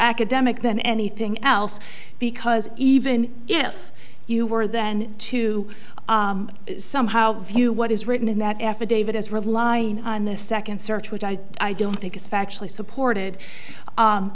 academic than anything else because even if you were then to somehow view what is written in that affidavit as relying on the second search which i i don't think is factually supported